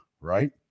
right